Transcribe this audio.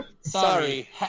sorry